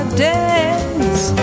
dance